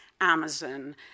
Amazon